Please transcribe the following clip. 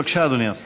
בבקשה, אדוני השר.